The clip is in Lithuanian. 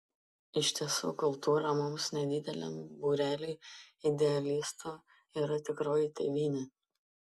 iš tiesų kultūra mums nedideliam būreliui idealistų yra tikroji tėvynė